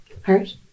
hurt